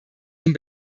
den